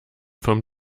vom